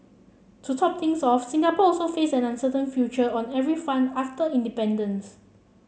to top things off Singapore also faced an uncertain future on every front after independence